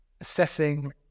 assessing